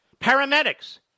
paramedics